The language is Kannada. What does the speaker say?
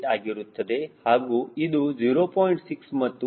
8 ಆಗಿರುತ್ತದೆ ಹಾಗೂ ಇದು 0